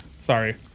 Sorry